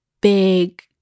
big